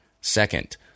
Second